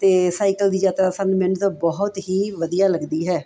ਅਤੇ ਸਾਈਕਲ ਦੀ ਯਾਤਰਾ ਸਾਨੂੰ ਮੈਨੂੰ ਤਾਂ ਬਹੁਤ ਹੀ ਵਧੀਆ ਲੱਗਦੀ ਹੈ